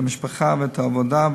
את המשפחה ואת העבודה,